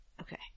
okay